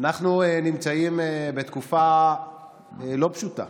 אנחנו נמצאים בתקופה לא פשוטה,